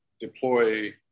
deploy